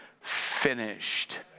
finished